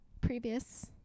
previous